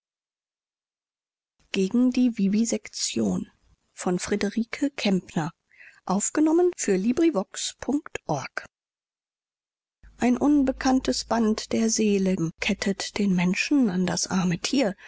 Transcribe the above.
vivisektion ein unbekanntes band der seelen kettet den menschen an das arme tier